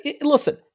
Listen